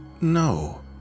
No